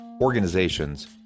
organizations